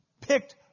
picked